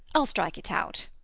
i'll strike it out.